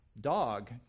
Dog